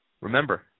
Remember